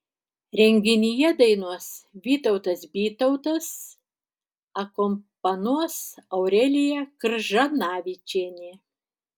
renginyje dainuos vytautas bytautas akompanuos aurelija kržanavičienė